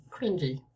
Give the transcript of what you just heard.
Cringy